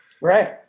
Right